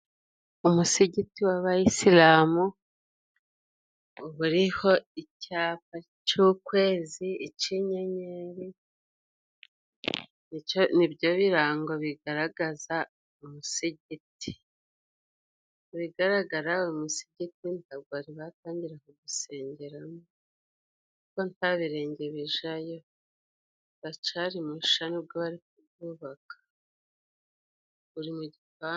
Umusigiti w'abayisilamu uba uriho icyapa c'ukwezi ic'inyenyeri nibyo birango bigaragaza umusigiti. Mu bigaragara umusigi ntago bari batangira gusengeramo kuko nta birenge bijayo, uracari musha nibwo bari kuwubaka, uri mu gipangu.